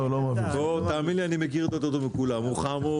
מכיר אותו - הוא חמוד,